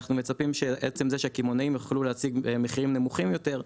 אננו מצפים שעצם זה שהקמעונאים יוכלו להשיג מחירים נמוכים יותר,